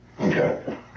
Okay